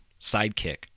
sidekick